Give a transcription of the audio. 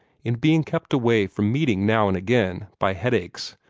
in being kept away from meeting now and again by headaches,